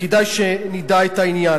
וכדאי שנדע את העניין.